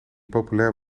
populair